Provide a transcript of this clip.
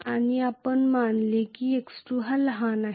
आणि आपण मानले की x2 हा लहान आहे